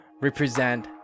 represent